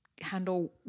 handle